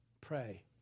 pray